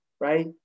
right